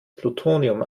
plutonium